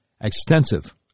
extensive